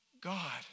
God